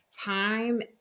time